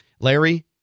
Larry